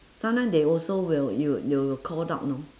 sometime they also will will they will called out know